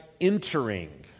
entering